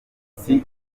urugi